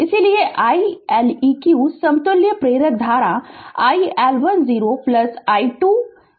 इसलिए i Leq समतुल्य प्रेरक धारा iL1 0 iL2 यानी 12 एम्पीयर होगी